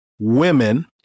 women